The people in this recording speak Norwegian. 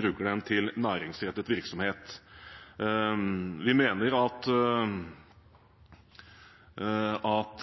bruker den til næringsrettet virksomhet. Vi mener at